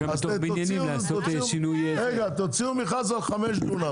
אז תוציאו מכרז על חמישה דונם.